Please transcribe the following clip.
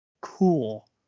cool